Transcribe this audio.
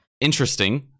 interesting